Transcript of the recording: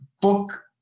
book